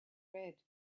red